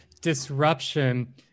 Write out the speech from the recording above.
disruption